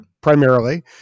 primarily